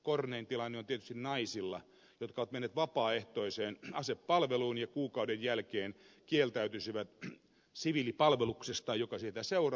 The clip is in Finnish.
kornein tilanne on tietysti naisilla jotka ovat menneet vapaaehtoiseen asepalveluun ja kuukauden jälkeen kieltäytyvät siviilipalveluksesta joka siitä seuraa